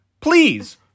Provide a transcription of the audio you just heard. Please